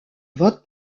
vote